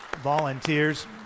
volunteers